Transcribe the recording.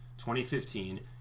2015